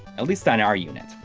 at least on our unit.